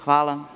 Hvala.